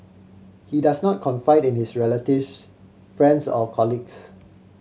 he does not confide in his relatives friends or colleagues